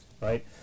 right